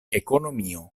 ekonomio